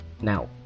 Now